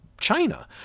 china